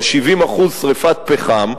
על 70% שרפת פחם,